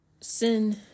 sin